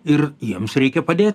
ir jiems reikia padė